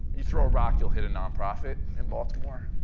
you throw a rock you'll hit a nonprofit in baltimore.